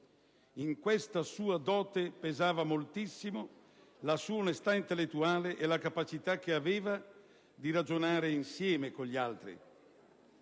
In questa sua dote pesavano moltissimo la sua onestà intellettuale e la capacità che aveva di ragionare insieme con gli altri.